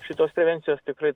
šitos tendencijos tikrai